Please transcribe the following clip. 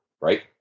right